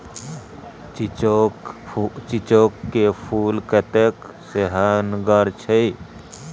चिचोढ़ क फूल कतेक सेहनगर छै